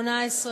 18 ו-19.